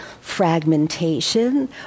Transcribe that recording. fragmentation